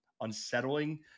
unsettling